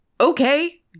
okay